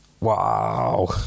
Wow